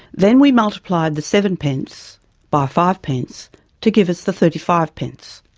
then we multiplied the seven pence by five pence to give us the thirty five pence.